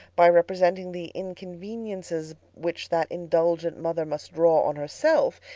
by representing the inconveniences which that indulgent mother must draw on herself,